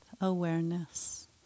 awareness